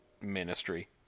ministry